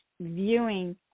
viewing